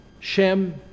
Shem